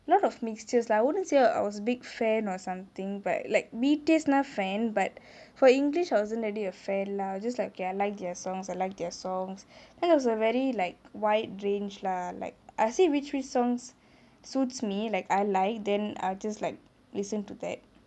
lot of mixtures lah I wouldn't say I was big fan or something but like B_T_S now fan but for english I wasn't really a fan lah I was just like okay I like their songs I like their songs then it was a very like wide range lah like I see which songs suits me like I like then I just like listen to that